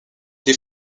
les